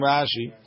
Rashi